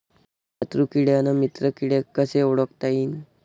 शत्रु किडे अन मित्र किडे कसे ओळखता येईन?